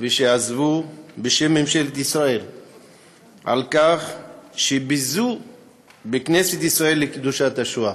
ועזבו על כך שביזו בכנסת ישראל את קדושת השואה.